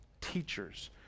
teachers